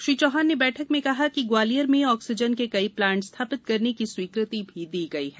श्री चौहान ने बैठक में कहा है कि ग्वालियर में ऑक्सीजन के कई प्लांट स्थापित करने की स्वीकृति भी दी गई है